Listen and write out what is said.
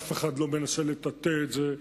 אף אחד לא מנסה לטאטא את זה,